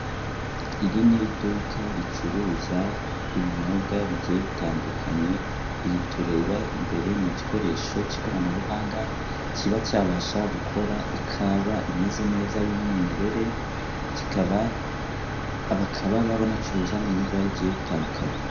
Iri ni iduka ricuruza ibinyobwa bigiye bitandukanye iyi tureba imbere ni igikoresho k'ikoranabuhanga kiba cyabasha gukora ikawa imeze neza y'umwimerere kikaba bakaba banacuruza n'ibintu biba bigiye bitandukanye.